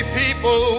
people